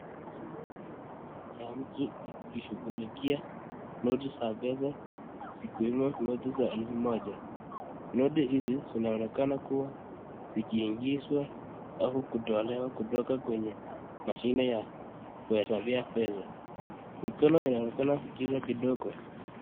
Mkoo ya mtu ikishukulikia noti za pesa zikiwemo noti ya elfu moja. Noti hizi zinaonekana kuwa zikiingizwa au kutolewa kwenye mashini ya kuhesabia pesa. Mikono inaonekana kiza kidogo.